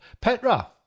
Petra